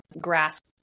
grasp